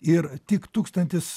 ir tik tūkstantis